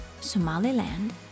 Somaliland